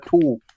two